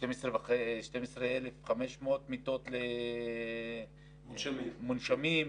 12,500 מיטות למונשמים,